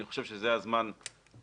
אני חושב שזה הזמן "לנסות",